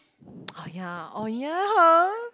ah ya oh ya